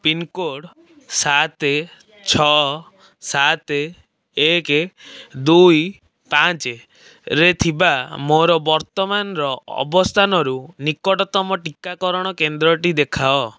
pincode ସାତ ଛଅ ସାତ ଏକ ଦୁଇ ପାଞ୍ଚରେ ଥିବା ମୋର ବର୍ତ୍ତମାନର ଅବସ୍ଥାନରୁ ନିକଟତମ ଟିକାକରଣ କେନ୍ଦ୍ରଟି ଦେଖାଅ